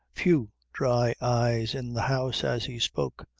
few dry eyes in the house as he spoke.